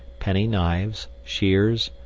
penny knives, shears,